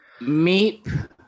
Meep